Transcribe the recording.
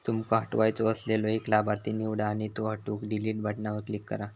तुमका हटवायचो असलेलो एक लाभार्थी निवडा आणि त्यो हटवूक डिलीट बटणावर क्लिक करा